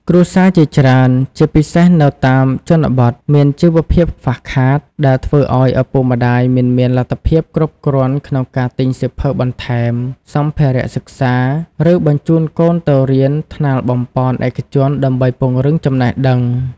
គ្រួសារជាច្រើន ជាពិសេសនៅតាមជនបទ មានជីវភាពខ្វះខាត ដែលធ្វើឱ្យឪពុកម្តាយមិនមានលទ្ធភាពគ្រប់គ្រាន់ក្នុងការទិញសៀវភៅបន្ថែម សម្ភារៈសិក្សា ឬបញ្ជូនកូនទៅរៀនថ្នាលបំប៉នឯកជនដើម្បីពង្រឹងចំណេះដឹង។